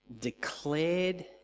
declared